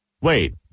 Wait